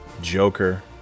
Joker